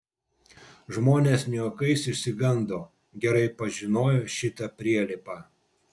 žmonės ne juokais išsigando gerai pažinojo šitą prielipą